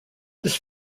this